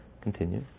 Continue